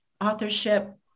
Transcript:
authorship